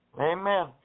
Amen